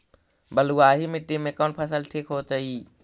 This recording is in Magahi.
बलुआही मिट्टी में कौन फसल ठिक होतइ?